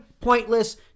pointless